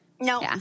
No